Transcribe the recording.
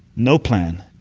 no plan,